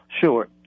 Sure